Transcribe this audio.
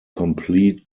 complete